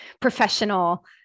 professional